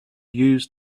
used